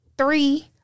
three